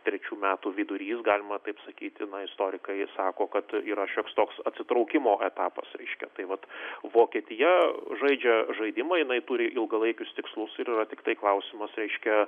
trečių metų vidurys galima taip sakyti na istorikai sako kad yra šioks toks atsitraukimo etapas reiškia tai vat vokietija žaidžia žaidimą jinai turi ilgalaikius tikslus ir yra tiktai klausimas reiškia